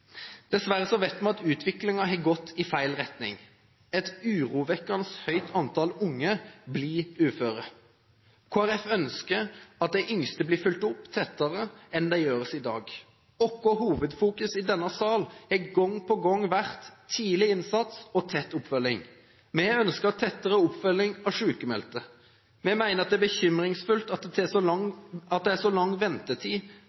Dessverre vet vi at utviklingen har gått i feil retning. Et urovekkende høyt antall unge blir uføre. Kristelig Folkeparti ønsker at de yngste blir fulgt opp tettere enn det gjøres i dag. Vårt hovedfokus i denne sal har gang på gang vært tidlig innsats og tett oppfølging. Vi ønsker tettere oppfølging av sykmeldte. Vi mener at det er bekymringsfullt at det er så lang ventetid